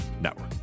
Network